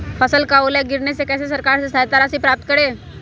फसल का ओला गिरने से कैसे सरकार से सहायता राशि प्राप्त करें?